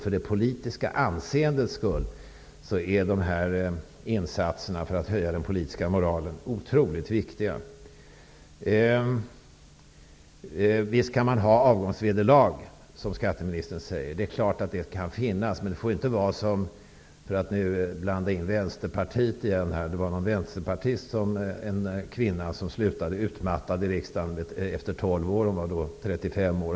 För det politiska anseendets skull är insatserna för att höja den politiska moralen otroligt viktiga. Visst kan man ha avgångsvederlag, som skatteministern säger. Det är klart att de kan finnas. Men för att blanda in Vänsterpartiet igen kan jag säga att det var en vänsterpartist, en kvinna, som utmattad slutade i riksdagen efter 12 år. Hon var då 35 år.